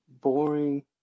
boring